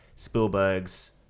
Spielbergs